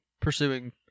pursuing